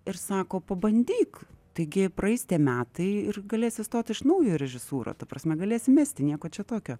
ir sako pabandyk taigi praeis tie metai ir galėsi stot iš naujo į režisūrą ta prasme galėsi mesti nieko čia tokio